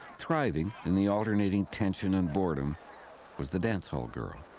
thriving in the alternating tension and boredom was the dancehall girl.